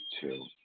two